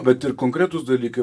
bet ir konkretūs dalykai